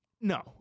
no